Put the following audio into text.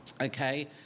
okay